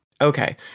Okay